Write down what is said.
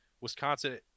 Wisconsin